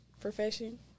profession